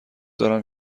دارم